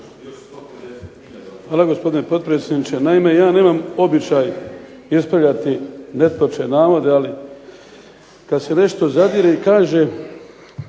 Hvala, gospodine potpredsjedniče. Naime, ja nemam običaj ispravljati netočne navode, ali kad se nešto zadire i kaže